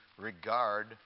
regard